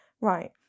right